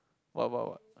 what what what